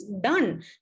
done